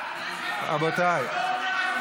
רבותיי.